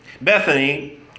Bethany